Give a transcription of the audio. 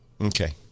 Okay